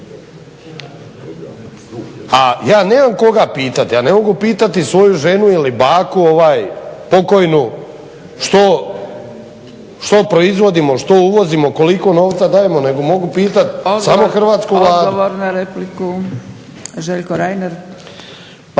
a ja nemam koga pitati. Ja ne mogu pitati svoju ženu ili baku pokojnu što proizvodimo, što uvozimo, koliko novca dajemo nego mogu pitat samo hrvatsku Vladu. **Zgrebec, Dragica